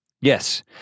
Yes